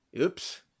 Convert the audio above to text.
Oops